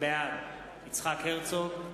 בעד יצחק הרצוג,